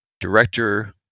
director